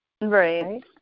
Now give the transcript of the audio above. Right